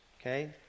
okay